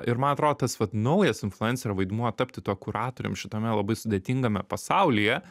ir man atrodo tas vat naujas influencerio vaidmuo tapti tuo kuratorium šitame labai sudėtingame pasaulyje